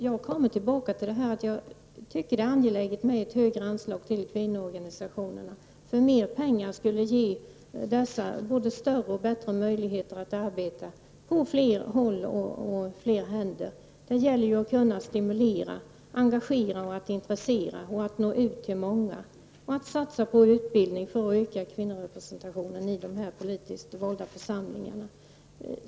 Jag återkommer till att jag tycker att det är angeläget med ett högre anslag till kvinnoorganisationerna. Mera pengar skulle ge organisationerna större och bättre möjligheter att arbeta på fler håll och på fler händer. Det gäller att kunna stimulera, engagera, intressera, nå ut till många och att satsa på utbildning för att öka kvinnorepresentationen i de politiskt valda församlingarna.